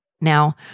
Now